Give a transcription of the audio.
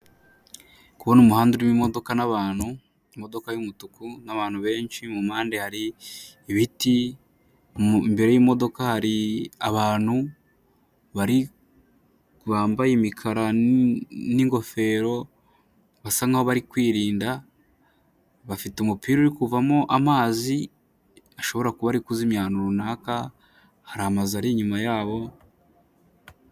Kubona umuhanda urimo imodoka n'abantu, imodoka y'umutuku n'abantu benshi mu mpande hari ibiti, imbere y'imodoka hari abantu bambaye imukara n'ingofero, basa nkaho bari kwirinda. Bafite umupira uri kuvamo amazi bashobora kuba bari kuzimya ahantu runaka, hari amazu ari inyuma yabo.